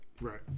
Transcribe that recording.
Right